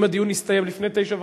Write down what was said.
אם הדיון יסתיים לפני 21:30,